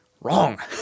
Wrong